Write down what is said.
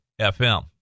FM